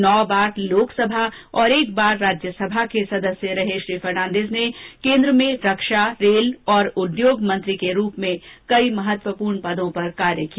नौ बार लोकसभा और एक बार राज्य सभा के सदस्य रहे श्री फर्नान्डीज ने केन्द्र में रक्षा रेल और उद्योग मंत्री के रूप में कई महत्वपूर्ण पदों पर कार्य किया